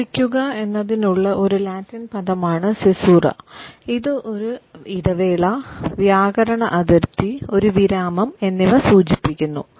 മുറിക്കുന്നതിനുള്ള ഒരു ലാറ്റിൻ പദമാണ് സിസുര ഇത് ഒരു ഇടവേള വ്യാകരണ അതിർത്തി ഒരു വിരാമം എന്നിവ സൂചിപ്പിക്കുന്നു